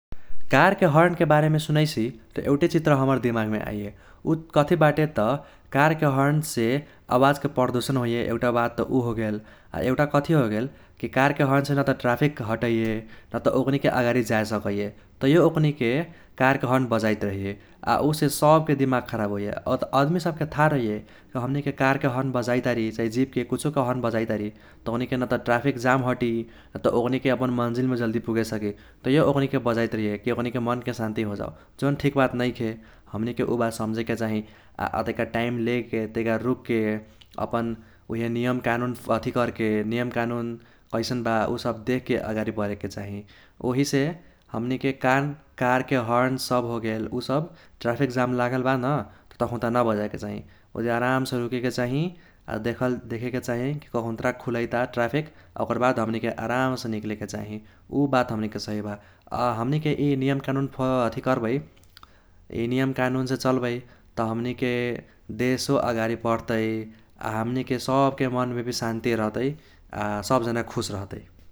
कारके हर्नके बारेमे सुनैसि त एउटे चित्र हमर दिमागमे आइये उ कथी बाटे त कारके हर्नसे आवाजके पर्दूषण होइये एउटा बात त उ होगेल । आ एउटा कथी होगेल कि कारके हर्नसे नत ट्राफिक हटैये नत ओक्नीके आगारी जाए सकैये तैयो ओक्नीके कारके हर्न बजाइत रहैये । आ उसे सबके दिमाग खराब होइये । अदमी सबके थाह रहैये कि हमनीके कारके हर्न बजाइतारी चाही जीपके कुछोके हर्न बजाइतारी त ओक्नीके नत ट्राफिक जाम हटी नत ओक्नीके अपन मन्जिलमे जल्दी पुगे सकी । तैयो ओक्नीके बजाइत रहैये कि ओक्नीके मनके सान्ती होजाओ जौन ठीक बात नैखे हमनीके उ बात समझेके चाही । आ तैका टाइम लेके तैका रुक्के अपन उइहे नियम कानून अथि कर्के नियम कानून कैसन बा उसब देखके आगारी बढेके चाही । ओहिसे हमनीके कारके हर्न सब होगेल उसब ट्राफिक जाम लागल बा न त तखून्ता न बजाएके चाही । उजगा आरामसे रुकेके चाही आ देखेके चाही कि कखून्त्रा खुलैता ट्राफिक आ ओकर बाद हमनीके आरामसे निक्लेके चाही उ बात हमनीके सही बा । अ हमनीके इ नियम कानून अथि कर्बै इ नियम कानूनसे चल्बै त हमनीके देशो आगारि बढ़्तै आ हमनीके सबके मनमे भी सान्ती रहतै आ सब जाना खुस रहतै ।